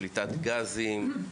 פליטת גזים?